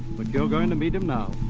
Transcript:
but you're going to meet him now.